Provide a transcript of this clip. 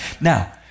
Now